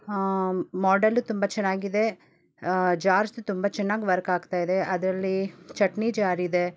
ಹಾಂ ಮಾಡಲ್ಲು ತುಂಬ ಚೆನ್ನಾಗಿದೆ ಜಾರ್ಸು ತುಂಬ ಚೆನ್ನಾಗ್ ವರ್ಕ್ ಆಗ್ತಾಯಿದೆ ಅದರಲ್ಲೀ ಚಟ್ನಿ ಜಾರಿದೆ